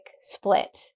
split